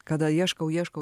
kada ieškau ieškau